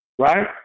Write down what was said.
Right